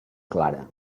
clara